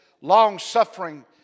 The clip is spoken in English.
long-suffering